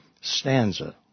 stanza